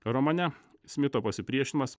romane smito pasipriešinimas